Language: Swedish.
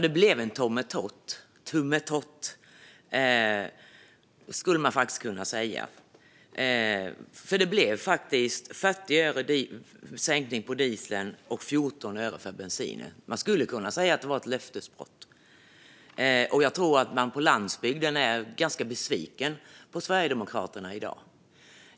Det blev en tummetott, skulle man kunna säga. Det blev en 40 öres sänkning för dieseln och en sänkning med 14 öre för bensinen. Man skulle kunna säga att det var ett löftesbrott, och jag tror att man på landsbygden är ganska besviken på Sverigedemokraterna i dag.